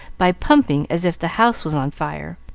by pumping as if the house was on fire.